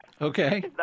okay